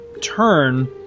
turn